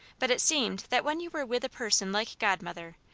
but it seemed that when you were with a person like godmother,